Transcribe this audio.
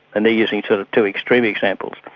and they're using two two extreme examples.